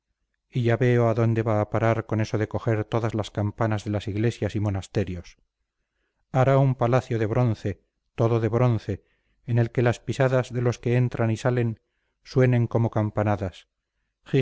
y ya veo a dónde va a parar con eso de coger todas las campanas de las iglesias y monasterios hará un palacio de bronce todo de bronce en el que las pisadas de los que entran y salen suenen como campanadas